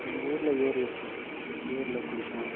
எங்கூரில் ஏரி இருக்கு ஏரியில குளிப்போம்